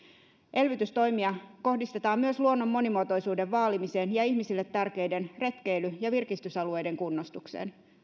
elvytystoimia kohdistetaan myös luonnon monimuotoisuuden vaalimiseen ja ihmisille tärkeiden retkeily ja virkistysalueiden kunnostukseen